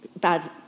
bad